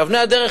שאבני הדרך,